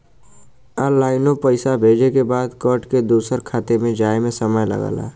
ऑनलाइनो पइसा भेजे के बाद कट के दूसर खाते मे जाए मे समय लगला